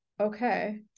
Okay